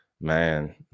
Man